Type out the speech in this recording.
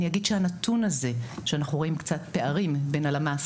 אני אגיד שהנתון הזה שאנחנו רואים קצת פערים בין הלמ"ס,